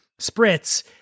spritz